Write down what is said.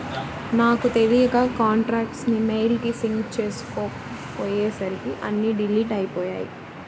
నాకు తెలియక కాంటాక్ట్స్ ని మెయిల్ కి సింక్ చేసుకోపొయ్యేసరికి అన్నీ డిలీట్ అయ్యిపొయ్యాయి